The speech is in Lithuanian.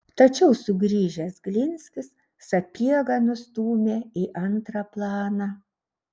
tačiau sugrįžęs glinskis sapiegą nustūmė į antrą planą